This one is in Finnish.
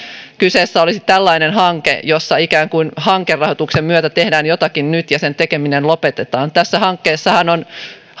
kyseessä olisi tällainen hanke jossa ikään kuin hankerahoituksen myötä tehdään jotakin nyt ja sen tekeminen lopetetaan tässä hankkeessahan on